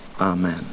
Amen